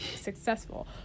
successful